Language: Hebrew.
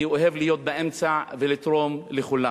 אני אוהב להיות באמצע ולתרום לכולם.